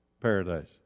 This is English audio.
Paradise